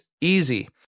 easy